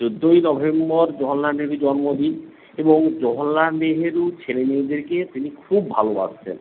চোদ্দোই নভেম্বর জওহর লাল নেহেরুর জন্মদিন এবং জওহর লাল নেহেরু ছেলে মেয়েদেরকে তিনি খুব ভালোবাসতেন